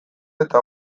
eta